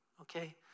okay